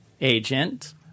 agent